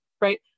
right